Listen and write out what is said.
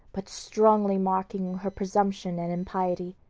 but strongly marking her presumption and impiety.